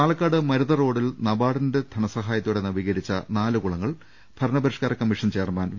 പാലക്കാട് മരുതറോഡിൽ നബാർഡിന്റെ ധനസഹായത്തോടെ നവീകരിച്ച നാലു കുളങ്ങൾ ഭരണപരിഷ്കാര കമ്മീഷൻ ചെയർമാൻ വി